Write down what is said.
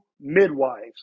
midwives